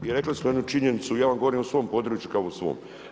I rekli smo jednu činjenicu i ja vam govorim u svom području kao u svom.